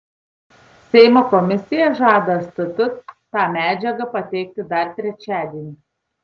seimo komisija žada stt tą medžiagą pateikti dar trečiadienį